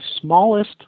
smallest